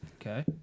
Okay